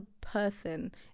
person